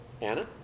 Anna